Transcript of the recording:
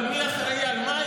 אבל מי אחראי על מה,